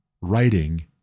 writing